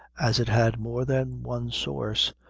as it had more than one source,